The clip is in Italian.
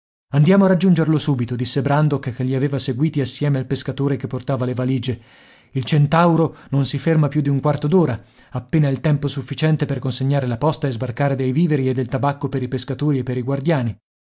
andiamo a raggiungerlo subito disse brandok che li aveva seguiti assieme al pescatore che portava le valigie il centauro non si ferma più d'un quarto d'ora appena il tempo sufficiente per consegnare la posta e sbarcare dei viveri e del tabacco per i pescatori e per i guardiani